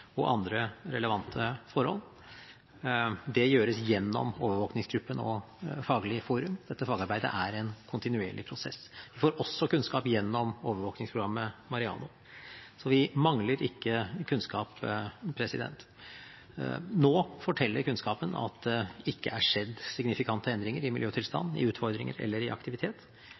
og andre relevante forhold. Det gjøres gjennom overvåkningsgruppen og Faglig forum. Dette fagarbeidet er en kontinuerlig prosess. Vi får også kunnskap gjennom overvåkningsprogrammet Mariano, så vi mangler ikke kunnskap. Nå forteller kunnskapen at det ikke er skjedd signifikante endringer i miljøtilstanden, i utfordringer eller i aktivitet,